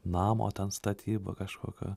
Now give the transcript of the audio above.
namo ten statyba kažkokio